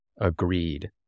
agreed